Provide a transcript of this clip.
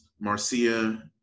Marcia